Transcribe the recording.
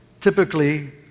typically